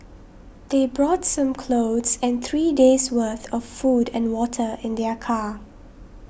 they brought some clothes and three days' worth of food and water in their car